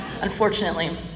unfortunately